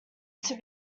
just